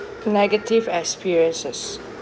negative experiences